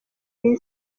isi